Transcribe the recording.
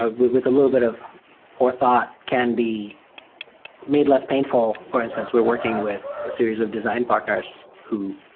ah with with a little bit of forethought can be made less painful. for instance, we're working with a series of design partners who